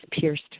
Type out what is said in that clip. pierced